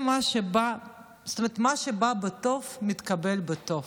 מה שבא בטוב מתקבל בטוב.